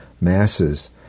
masses